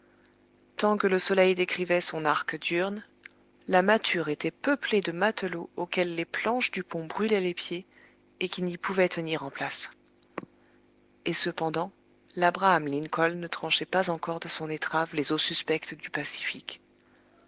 tant que le soleil décrivait son arc diurne la mâture était peuplée de matelots auxquels les planches du pont brûlaient les pieds et qui n'y pouvaient tenir en place et cependant labraham lincoln ne tranchait pas encore de son étrave les eaux suspectes du pacifique